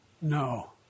No